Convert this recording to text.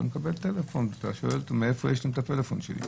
ואתה שואל: מאיפה יש לכם את הטלפון שלי?